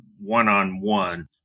one-on-one